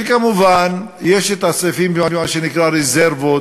וכמובן, יש הסעיפים, מה שנקרא רזרבות,